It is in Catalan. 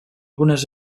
algunes